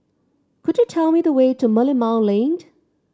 could you tell me the way to Merlimau Lane